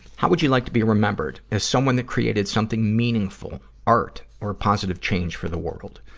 how would you like to be remembered? as someone that created something meaningful art or a positive change for the world.